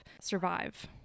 survive